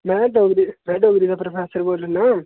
में डोगरी डोगरी दा प्रोफैसर बोल्ला ना